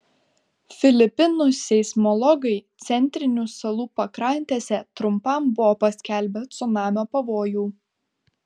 filipinų seismologai centrinių salų pakrantėse trumpam buvo paskelbę cunamio pavojų